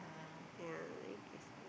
yeah